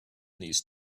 these